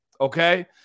okay